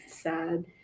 sad